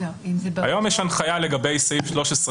היום יש הנחיה לגבי סעיף 13,